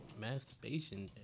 masturbation